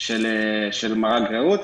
של מר"ג "רעות".